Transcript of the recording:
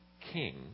king